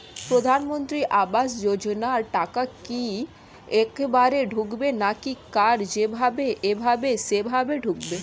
প্রধানমন্ত্রী আবাস যোজনার টাকা কি একবারে ঢুকবে নাকি কার যেভাবে এভাবে সেভাবে ঢুকবে?